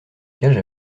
cage